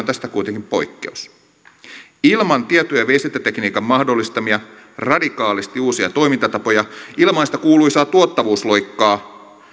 tästä kuitenkin poikkeus ilman tieto ja viestintätekniikan mahdollistamia radikaalisti uusia toimintatapoja ilman sitä kuuluisaa tuottavuusloikkaa